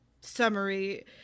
summary